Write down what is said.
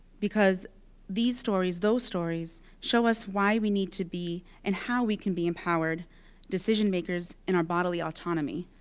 because these stories, those stories, show us why we need to be. and how we can be empowered decision makers in our bodily autonomy.